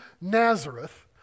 Nazareth